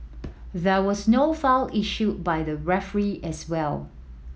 there was no foul issued by the referee as well